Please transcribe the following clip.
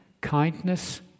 kindness